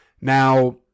Now